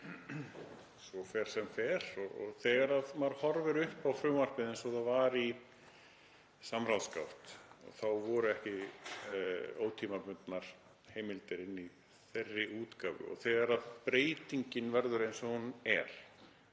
svo fer sem fer. Þegar maður horfir á frumvarpið eins og það var í samráðsgátt þá voru ekki ótímabundnar heimildir inn í þeirri útgáfu og þegar breytingin verður eins og hún er,